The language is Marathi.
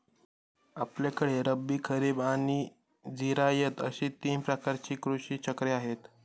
आपल्याकडे रब्बी, खरीब आणि जिरायत अशी तीन प्रकारची कृषी चक्रे आहेत